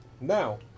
Now